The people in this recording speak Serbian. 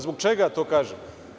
Zbog čega to kažem?